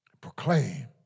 Proclaim